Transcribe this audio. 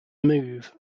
move